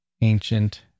ancient